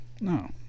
No